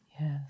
Yes